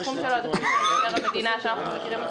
הסכום של תקציב של מבקר המדינה שאנחנו מכירים אותו,